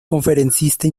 conferencista